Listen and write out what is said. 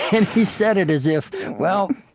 and he said it as if well,